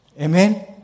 Amen